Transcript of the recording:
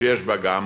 שיש בה גם